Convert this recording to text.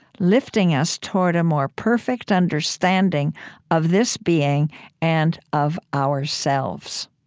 lifting us toward a more perfect understanding of this being and of ourselves.